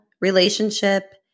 relationship